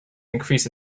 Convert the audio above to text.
increase